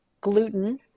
gluten